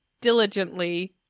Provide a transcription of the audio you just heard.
diligently